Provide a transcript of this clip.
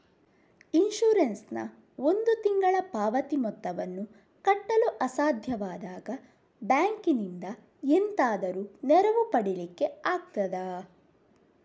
Insurance ನ ಒಂದು ತಿಂಗಳ ಪಾವತಿ ಮೊತ್ತವನ್ನು ಕಟ್ಟಲು ಅಸಾಧ್ಯವಾದಾಗ ಬ್ಯಾಂಕಿನಿಂದ ಎಂತಾದರೂ ನೆರವು ಪಡಿಲಿಕ್ಕೆ ಆಗ್ತದಾ?